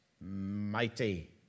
mighty